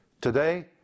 today